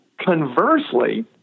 Conversely